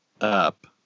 up